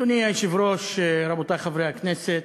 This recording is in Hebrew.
אדוני היושב-ראש, רבותי חברי הכנסת,